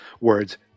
words